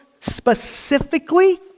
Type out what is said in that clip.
specifically